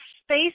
space